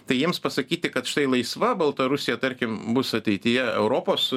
tai jiems pasakyti kad štai laisva baltarusija tarkim bus ateityje europos